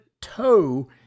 toe